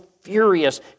furious